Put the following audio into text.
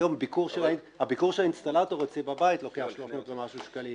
היום הביקור של האינסטלטור אצלי בבית לוקח 300 ומשהו שקלים.